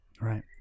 Right